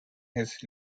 his